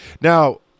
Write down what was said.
Now